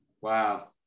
Wow